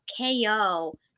KO